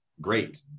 great